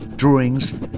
drawings